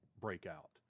breakout